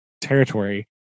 territory